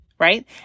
Right